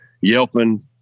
yelping